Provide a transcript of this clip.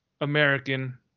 American